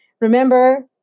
remember